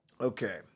Okay